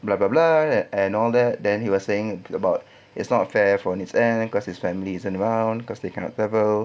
blah blah blah and all that then he was saying about it's not fair for his ends cause his family isn't around cause they cannot travel